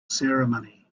ceremony